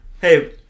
Hey